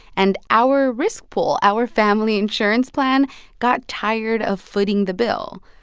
and our risk pool our family insurance plan got tired of footing the bill.